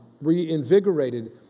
reinvigorated